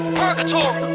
purgatory